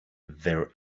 their